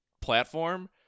platform